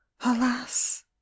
alas